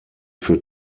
für